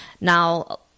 Now